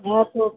हाँ तो